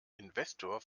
investor